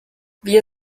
wir